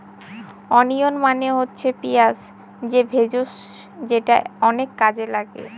onion মানে হচ্ছে পেঁয়াজ যে ভেষজ যেটা অনেক কাজে লাগে